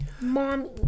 Mommy